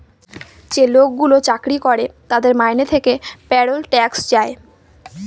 যে লোকগুলো চাকরি করে তাদের মাইনে থেকে পেরোল ট্যাক্স যায়